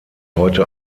heute